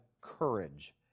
courage